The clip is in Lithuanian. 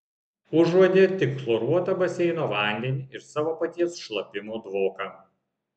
užuodė tik chloruotą baseino vandenį ir savo paties šlapimo dvoką